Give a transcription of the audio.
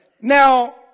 Now